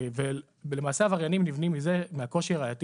למעשה עבריינים נבנים מהקושי הראייתי